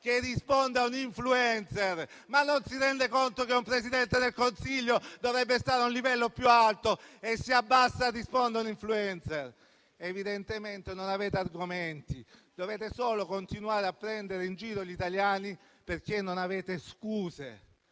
che risponde a un *influencer*: ma non si rende conto che un Presidente del Consiglio dovrebbe stare a un livello più alto? Invece, si abbassa a rispondere a un *influencer*! Evidentemente non avete argomenti. Potete solo continuare a prendere in giro gli italiani, perché non avete scuse